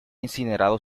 incinerado